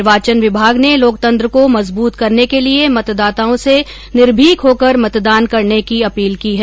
निर्वाचन विभाग ने लोकतंत्र को मजबूत करने के लिए मतदाताओं से निर्भीक होकर मतदान करने की अपील की है